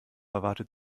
erwartet